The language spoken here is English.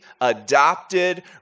adopted